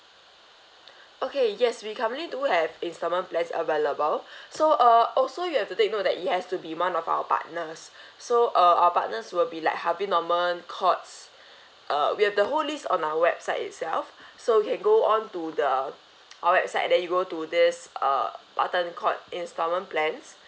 okay yes we currently do have instalment plans available so uh also you have to take note that it has to be one of our partners so uh our partners will be like harvey norman courts uh we have the whole list on our website itself so you can go on to the our website and then you go to this uh button called instalment plans